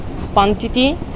quantity